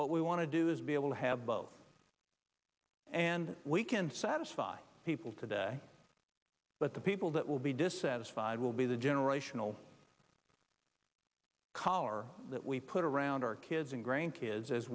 what we want to do is be able to have both and we can satisfy people today but the people that will be dissatisfied will be the generational collar that we put around our kids and grandkids as